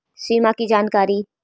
सिमा कि जानकारी?